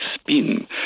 spin